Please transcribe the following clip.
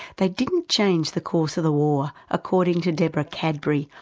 they didn't change the course of the war, according to deborah cadbury,